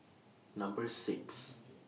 Number six